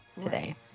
today